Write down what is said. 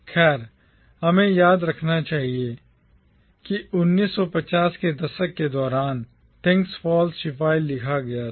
खैर हमें यह याद रखना चाहिए कि 1950 के दशक के दौरान थिंग्स फॉल शिवाय लिखा गया था